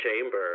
Chamber